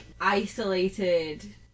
isolated